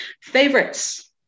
favorites